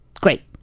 great